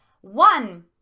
One